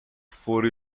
for